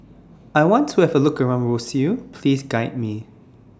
I want to Have A Look around Roseau Please Guide Me